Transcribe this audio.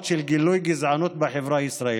של גילויי גזענות בחברה הישראלית.